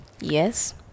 Yes